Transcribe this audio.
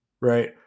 right